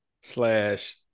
slash